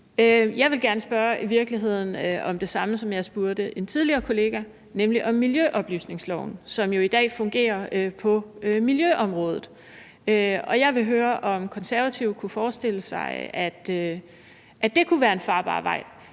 gerne spørge om det samme, som jeg spurgte en tidligere kollega om, nemlig om miljøoplysningsloven, som jo i dag fungerer på miljøområdet. Jeg vil høre, om Konservative kunne forestille sig, at det kunne være en farbar vej.